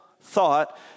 thought